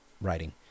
writing